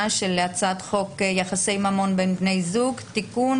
של הצעת חוק יחסי ממון בין בני זוג (תיקון